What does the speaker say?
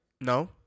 No